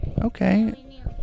Okay